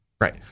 Right